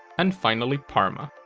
and finally parma.